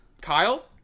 Kyle